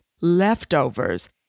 leftovers